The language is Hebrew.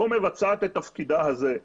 היא לא מבצעת את תפקידה זה,